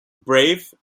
brave